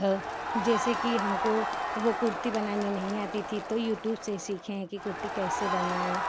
वह जैसे कि हमको वह कुर्ती बनानी नहीं आती थी तो यूट्यूब से ही सीखे हैं कि कुर्ती कैसे बनाएँ